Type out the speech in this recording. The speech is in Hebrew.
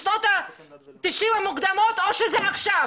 בשנות ה-90 המוקדמות או שזה עכשיו?